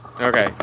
Okay